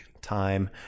time